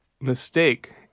mistake